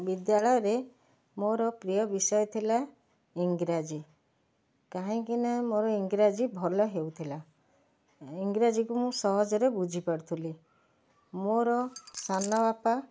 ବିଦ୍ୟାଳୟରେ ମୋର ପ୍ରିୟ ବିଷୟ ଥିଲା ଇଂରାଜୀ କାହିଁକିନା ମୋର ଇଂରାଜୀ ଭଲ ହେଉଥିଲା ଇଂରାଜୀକୁ ମୁଁ ସହଜରେ ବୁଝିପାରୁଥିଲି ମୋର ସାନବାପା